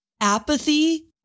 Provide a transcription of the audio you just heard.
apathy